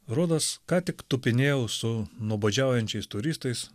rodos ką tik tupinėjau su nuobodžiaujančiais turistais